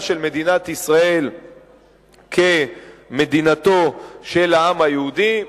של מדינת ישראל כמדינתו של העם היהודי,